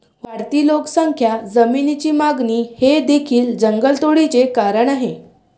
वाढती लोकसंख्या, जमिनीची मागणी हे देखील जंगलतोडीचे कारण आहे